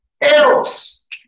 Else